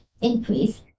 increase